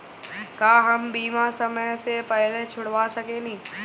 का हम बीमा समय से पहले छोड़वा सकेनी?